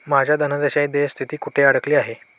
माझ्या धनादेशाची देय स्थिती कुठे अडकली आहे?